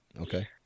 Okay